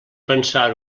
pensar